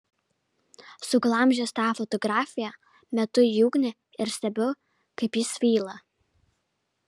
suglamžęs tą fotografiją metu į ugnį ir stebiu kaip ji svyla